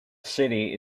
city